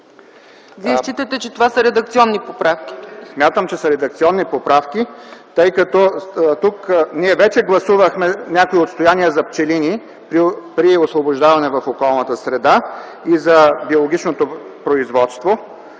Вие смятате, че това са редакционни поправки? ЛЪЧЕЗАР ТОШЕВ: Смятам, че са редакционни поправки, тъй като ние вече гласувахме някои отстояния за пчелини при освобождаване в околната среда и за биологичното производство